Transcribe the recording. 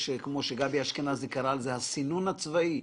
גבי אשכנזי קרא לזה הסינון הצבאי.